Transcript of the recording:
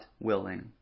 willing